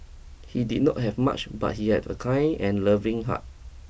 he did not have much but he had a kind and loving heart